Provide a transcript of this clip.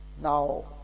Now